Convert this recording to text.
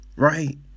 Right